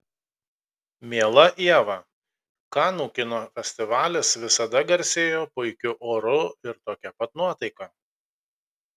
miela ieva kanų kino festivalis visada garsėjo puikiu oru ir tokia pat nuotaika